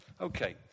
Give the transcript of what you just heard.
Okay